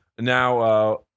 now